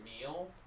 meal